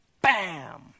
Bam